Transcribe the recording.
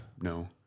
No